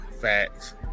Facts